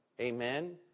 Amen